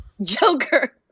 Joker